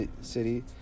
city